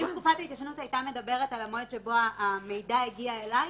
אם תקופת ההתיישנות הייתה מדברת על המועד שבו המידע הגיע אלי,